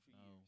no